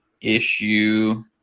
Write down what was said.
issue